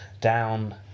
down